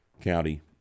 county